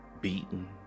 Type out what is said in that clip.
beaten